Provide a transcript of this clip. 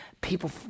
people